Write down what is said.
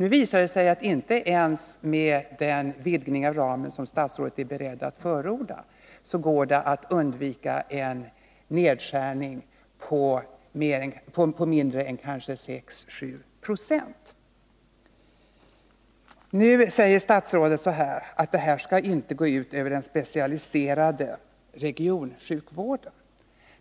Nu visar det sig att det inte ens med den vidgning av ramen som statsrådet är beredd att förorda går att undvika en nedskärning på mindre än 6-7 90. Nu säger statsrådet att detta inte skall gå ut över den specialiserade regionsjukvården.